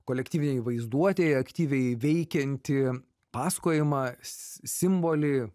kolektyvinėj vaizduotėj aktyviai veikiantį pasakojimą s simbolį